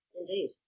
Indeed